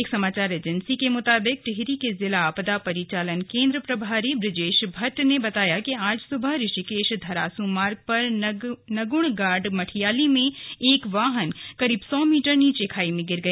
एक समाचार एजेंसी के मुताबिक टिहरी के जिला आपदा परिचालन केंद्र प्रभारी बुजेश भट्ट ने बताया कि आज सुबह ऋषिकेश धरासू मार्ग पर नगुण गाड मठियाली में एक वाहन करीब सौ मीटर नीचे खाई में गिर गया